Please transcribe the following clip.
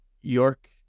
York